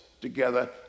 together